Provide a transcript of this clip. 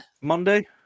Monday